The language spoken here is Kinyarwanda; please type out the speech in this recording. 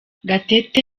gatete